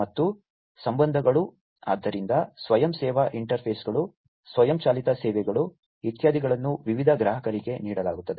ಮತ್ತು ಸಂಬಂಧಗಳು ಆದ್ದರಿಂದ ಸ್ವಯಂ ಸೇವಾ ಇಂಟರ್ಫೇಸ್ಗಳು ಸ್ವಯಂಚಾಲಿತ ಸೇವೆಗಳು ಇತ್ಯಾದಿಗಳನ್ನು ವಿವಿಧ ಗ್ರಾಹಕರಿಗೆ ನೀಡಲಾಗುತ್ತದೆ